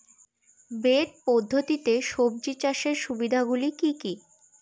Bed পদ্ধতিতে সবজি চাষের সুবিধাগুলি কি কি?